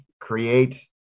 create